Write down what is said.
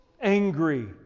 angry